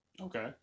Okay